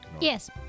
Yes